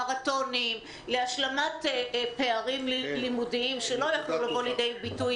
מרתונים להשלמת פערים לימודיים שלא יכלו לבוא לידי ביטוי